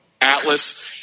Atlas